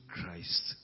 Christ